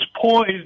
poised